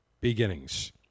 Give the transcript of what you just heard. beginnings